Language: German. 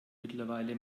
mittlerweile